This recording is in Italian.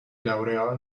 laureò